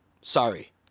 Sorry